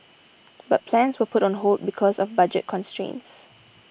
but plans were put on hold because of budget constraints